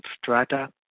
strata